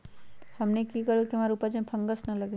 हमनी की करू की हमार उपज में फंगस ना लगे?